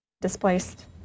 displaced